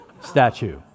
statue